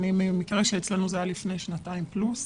אני מהמקרה שקרה לפני שנתיים פלוס.